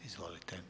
Izvolite.